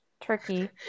turkey